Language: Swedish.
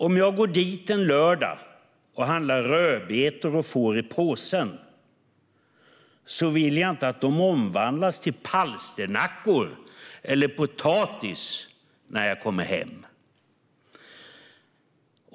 Om jag går dit en lördag och handlar rödbetor och får dem i påsen vill jag inte att de omvandlas till palsternackor eller potatis när jag kommer hem.